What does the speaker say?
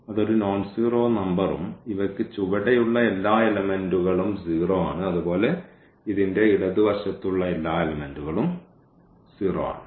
അത് ഒരു നോൺസീറോ നമ്പറും ഇവയ്ക്ക് ചുവടെയുള്ള എല്ലാ എലെമെൻറുകൾഉം 0 ആണ് അതുപോലെ ഇതിൻറെ ഇടതുവശത്തുള്ള എല്ലാ എലെമെൻറുകൾഉം 0 ആണ്